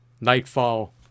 Nightfall